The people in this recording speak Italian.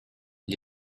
gli